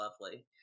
lovely